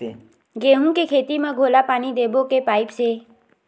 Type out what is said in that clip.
गेहूं के खेती म घोला पानी देबो के पाइप से?